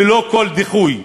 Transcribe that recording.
ללא כל דיחוי,